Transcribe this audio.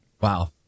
Wow